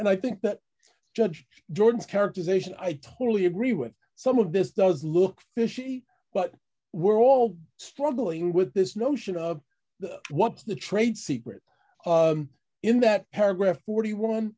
and i think that judge jordan's characterization i totally agree with some of this does look fishy but we're all struggling with this notion of what's the trade secret in that paragraph forty one